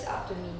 is up to me